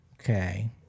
Okay